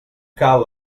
cal